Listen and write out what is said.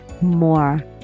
more